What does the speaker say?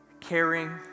caring